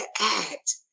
act